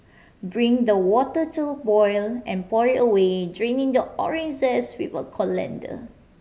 bring the water to a boil and pour it away draining the orange zest with a colander